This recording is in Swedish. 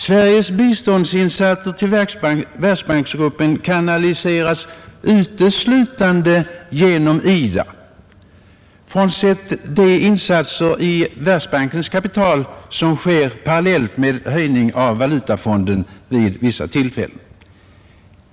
Sveriges biståndsinsatser till Världsbanksgruppen kanaliseras uteslutande genom IDA frånsett de insatser i Världsbankens kapital som sker parallellt med en ökning av valutafonden vid vissa tillfällen.